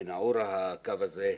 בנאעורה הקו הזה,